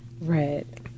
Red